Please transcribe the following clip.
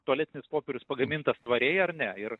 tualetinis popierius pagamintas tvariai ar ne ir